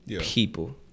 people